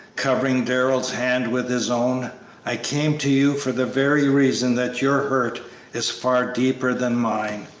covering darrell's hand with his own i came to you for the very reason that your hurt is far deeper than mine.